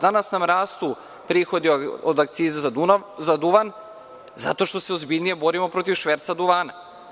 Danas nam rastu prihodi od akciza za duvan, zato što se ozbiljnije borimo protiv šverca duvana.